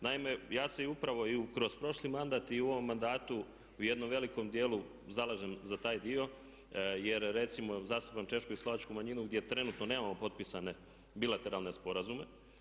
Naime ja se i upravo i kroz prošli mandat i u ovom mandatu u jednom velikom dijelu zalažem za taj dio jer recimo zastupam Češku i Slovačku manjinu gdje trenutno nemamo potpisane bilateralne sporazume.